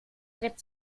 brett